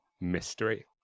mystery